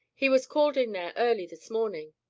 he was called in there early this morning.